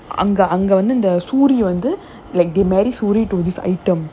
அந்த அந்த:andha andha suri வந்து:vandhu like they marry suri to this item